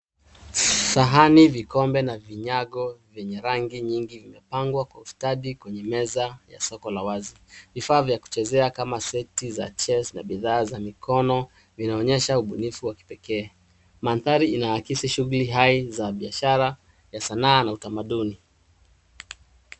Sahani, vikombe na vinyago vyenye rangi nyingi vimepangwa kwa ustadi kwenye meza ya soko la wazi . Vifaa vya kuchezea kama seti za chess na bidhaa za mikono zinaonyesha ubunifu wa kipekee . Mandhari inaakisi shughuli hai za biashara ya sanaa na utamaduni.